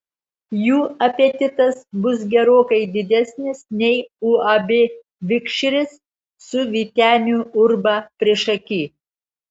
jų apetitas bus gerokai didesnis nei uab vikšris su vyteniu urba priešaky